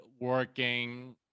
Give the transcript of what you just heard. working